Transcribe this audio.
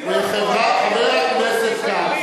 חבר הכנסת כץ,